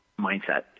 mindset